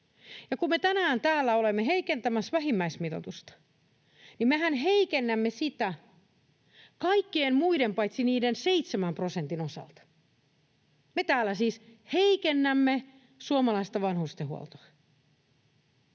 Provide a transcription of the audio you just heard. kun me tänään täällä olemme heikentämässä vähimmäismitoitusta, niin mehän heikennämme sitä kaikkien muiden paitsi niiden seitsemän prosentin osalta. Me täällä siis heikennämme suomalaista vanhustenhuoltoa.